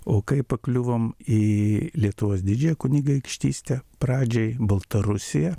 o kai pakliuvom į lietuvos didžiąją kunigaikštystę pradžiai baltarusija